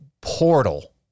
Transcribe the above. portal